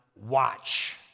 watch